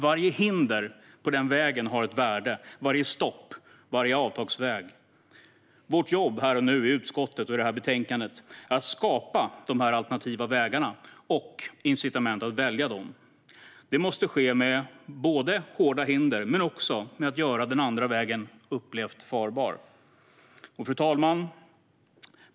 Varje hinder på den vägen har ett värde, varje stopp och varje avtagsväg. Vårt jobb här och nu i utskottet och i detta betänkande är att skapa dessa alternativa vägar och incitament för att välja dem. Det måste ske med hårda hinder men också med att göra den andra vägen upplevt farbar. Fru talman!